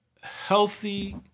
healthy